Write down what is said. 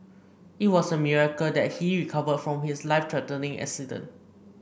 it was a miracle that he recovered from his life threatening accident